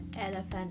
elephant